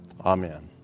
amen